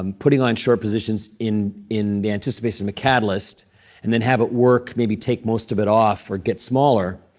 um putting on short positions in the the anticipation of a catalyst and then have it work, maybe take most of it off or get smaller,